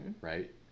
right